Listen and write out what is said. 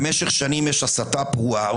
במשך שנים יש הסתה פרועה.